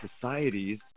societies